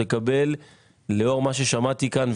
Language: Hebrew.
לקבל לאור מה ששמעתי כאן,